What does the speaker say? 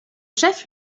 chef